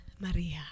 Maria